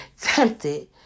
tempted